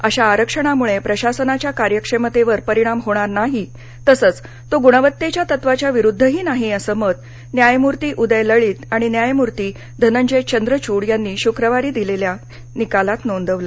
अशा आरक्षणामुळे प्रशासनाच्या कार्यक्षमतेवर परिणाम होणार नाही तसंच तो गुणवत्तेच्या तत्वाच्या विरूद्वही नाही असं मत न्यायमुर्ती उदय लळित आणि न्यायमूर्ती धनंजय चंद्रचूड यांनी शुक्रवारी दिलेल्या निकालात नोंदवलं